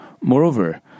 Moreover